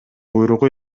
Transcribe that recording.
буйругу